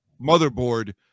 motherboard